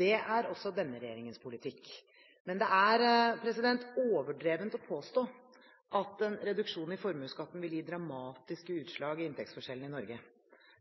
Det er også denne regjeringens politikk. Men det er overdrevent å påstå at en reduksjon i formuesskatten vil gi dramatiske utslag i inntektsforskjellene i Norge.